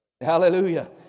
Hallelujah